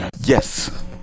yes